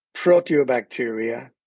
proteobacteria